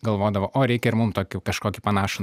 galvodavau o reikia ir mum tokių kažkokį panašų